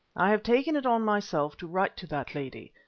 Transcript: i have taken it on myself to write to that lady,